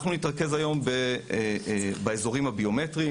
אנחנו נתרכז היום באזורים הביומטריים.